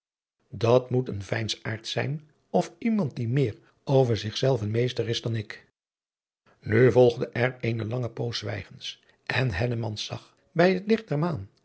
dat moet een veinsaard zijn of iemand die meer over zich zelven meester is dan ik nu volgde er eene lange poos zwijgens en hellemans zag bij het licht der maan